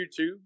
YouTube